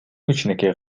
кичинекей